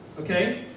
Okay